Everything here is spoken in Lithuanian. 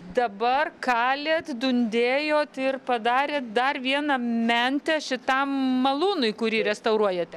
dabar kalėt dundėjot ir padarėt dar vieną mentę šitam malūnui kurį restauruojate